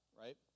right